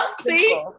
See